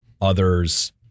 others